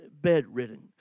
bedridden